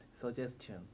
suggestion